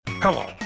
Hello